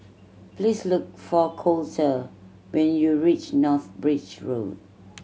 please look for Colter when you reach North Bridge Road